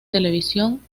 televisión